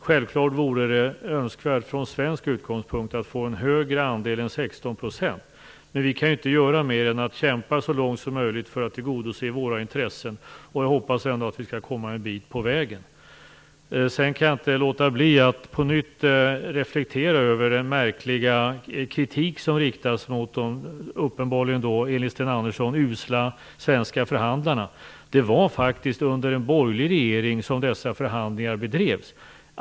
Självfallet vore det från svensk utgångspunkt önskvärt att få en högre andel än 16 %, men vi kan inte göra mer än att kämpa så långt som möjligt för att tillgodose Sveriges intressen. Jag hoppas att vi skall komma en bit på vägen. Jag kan inte låta bli att på nytt reflektera över den märkliga kritik som riktas mot de uppenbarligen, enligt Sten Andersson, usla svenska förhandlarna. Det var faktiskt under en borgerlig regerings tid som dessa förhandlingar bedrevs.